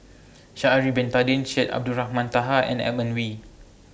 vSha'ari Bin Tadin Syed Abdulrahman Taha and Edmund Wee